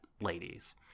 ladies